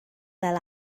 fel